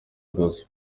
gospel